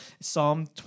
Psalm